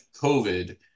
COVID